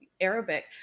Arabic